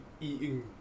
eating